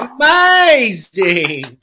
Amazing